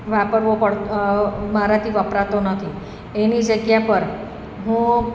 વાપરવો મારાથી વપરાતો નથી એની જગ્યા પર હું